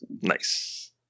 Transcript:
nice